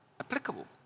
applicable